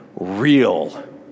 real